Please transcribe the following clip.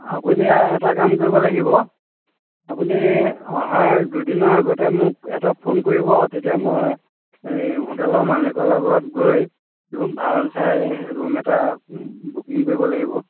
আপুনি এটা কাম কৰিব লাগিব আপুনি অহাৰ দুদিনৰ আগতে মোক এটা ফোন কৰিব আৰু তেতিয়া মই এই হোটেলৰ মালিকৰ লগত গৈ ৰুম ভাল চাই ৰুম এটা বুকিং কৰিব লাগিব